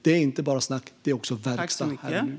Det är inte bara snack, det är också verkstad här och nu.